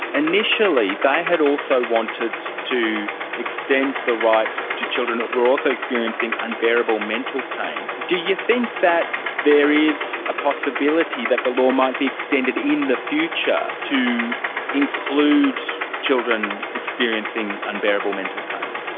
and initially they had also wanted to extend the right to children who are also experiencing unbearable mental pain. do you think that there is a possibility that the law might be extended in the future to include children experiencing unbearable mental pain?